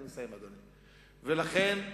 לכן,